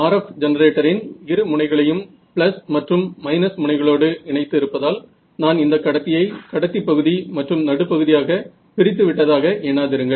RF ஜெனரேட்டரின் இரு முனைகளையும் பிளஸ் மற்றும் மைனஸ் முனைகளோடு இணைத்து இருப்பதால் நான் இந்த கடத்தியை கடத்தி பகுதி மற்றும் நடு பகுதியாக பிரித்து விட்டதாக எண்ணாதிருங்கள்